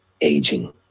aging